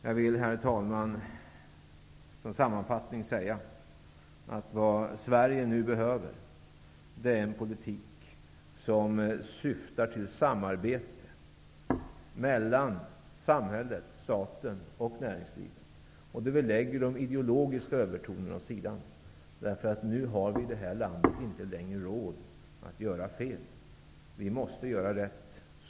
Jag vill, herr talman, som sammanfattning säga att vad Sverige nu behöver är en politik som syftar till samarbete mellan samhället, staten och näringslivet -- en politik där vi lägger de ideologiska övertonerna åt sidan. Vi har inte längre råd att göra fel. Vi måste göra rätt.